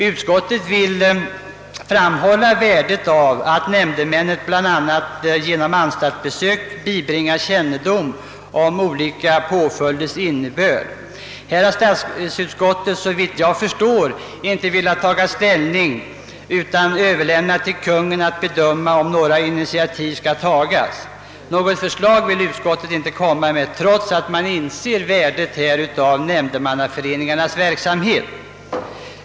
Utskottet vill framhålla värdet av att nämndemännen, bl.a. genom anstaltsbesök, bibringas kännedom om olika påföljders innebörd.» Statsutskottet har, såvitt jag förstår, inte velat taga ställning utan överlämnat till Kungl. Maj:t att bedöma om några initiativ skall tagas. Något förslag vill utskottet inte framlägga trots att man inser värdet av nämndemannaföreningarnas verksamhet.